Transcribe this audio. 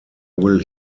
will